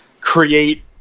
create